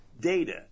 data